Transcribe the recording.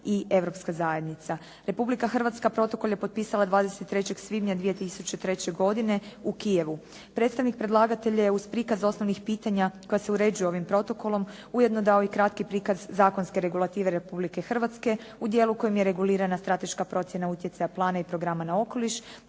i Europska zajednica. Republika Hrvatska protokol je potpisala 23. svibnja 2003. godine u Kievu. Predstavnik predlagatelja je uz prikaz osnovnih pitanja koja se uređuju ovim protokolom ujedno dao i kratki prikaz zakonske regulative Republike Hrvatske u dijelu u kojem je regulirana strateška procjena utjecaja plana i programa na okoliš